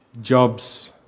jobs